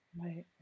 Right